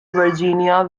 virginia